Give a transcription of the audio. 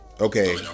Okay